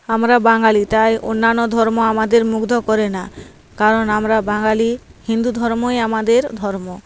আমরা বাঙালি তাই অন্যান্য ধর্ম আমাদের মুগ্ধ করে না কারণ আমরা বাঙালি হিন্দু ধর্মই আমাদের ধর্ম